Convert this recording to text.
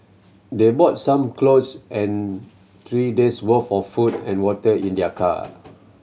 they bought some clothes and three days' worth of food and water in their car